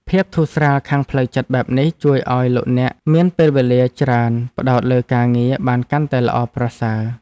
ភាពធូរស្រាលខាងផ្លូវចិត្តបែបនេះជួយឱ្យលោកអ្នកមានពេលវេលាច្រើនផ្តោតលើការងារបានកាន់តែល្អប្រសើរ។